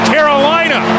Carolina